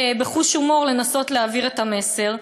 בהומור, לנסות להעביר את המסר.